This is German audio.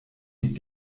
die